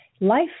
life